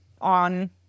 on